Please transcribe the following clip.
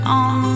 on